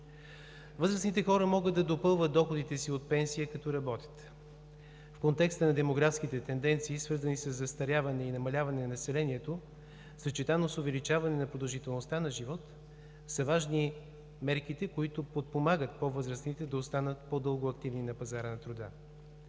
Възрастните хора могат да допълват доходите си от пенсия, като работят. В контекста на демографските тенденции, свързани със застаряването и намаляване на населението, съчетано с увеличаване продължителността на живот, са важни мерките, които подпомагат по-възрастните да останат по-дълго активни на пазара на труда.